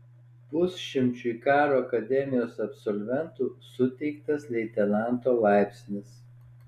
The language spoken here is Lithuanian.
pusšimčiui karo akademijos absolventų suteiktas leitenanto laipsnis